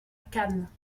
cannes